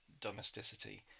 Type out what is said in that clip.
domesticity